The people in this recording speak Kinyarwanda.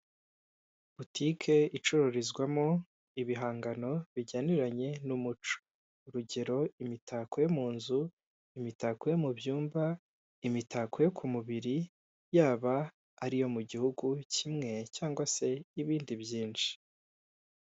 Butike icururizwamo ibihangano bijyaniranye n'umuco; urugero imitako yo mu nzu, imitako yo mu byumba, imitako yo ku mubiri, yaba ari iyo mu gihugu kimwe cyangwa se ibindi byinshi.